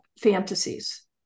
fantasies